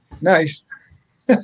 Nice